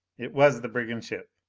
it was the brigand ship.